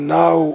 now